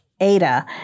Ada